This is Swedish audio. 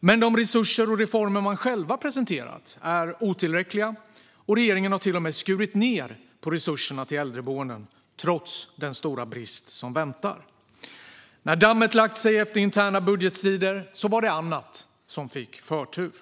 Men de resurser och reformer man själv presenterat är otillräckliga. Regeringen har till och med skurit ned på resurserna till äldreboenden, trots den stora brist som väntar. När dammet lagt sig efter interna budgetstrider var det annat som fick förtur.